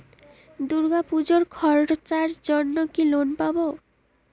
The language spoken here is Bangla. দূর্গাপুজোর খরচার জন্য কি লোন পাব?